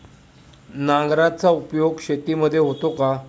नांगराचा उपयोग शेतीमध्ये होतो का?